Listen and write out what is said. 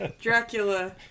Dracula